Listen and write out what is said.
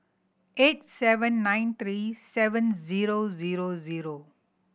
eight seven nine three seven zero zero zero